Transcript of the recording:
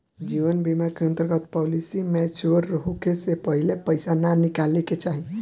जीवन बीमा के अंतर्गत पॉलिसी मैच्योर होखे से पहिले पईसा ना निकाले के चाही